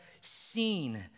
seen